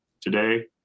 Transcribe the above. today